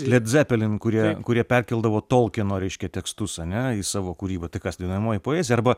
led zeppelin kurie kurie perkeldavo tolkieno reiškia tekstus ane į savo kūrybą tai kas dainuojamoji poezija arba